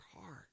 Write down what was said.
heart